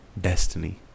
destiny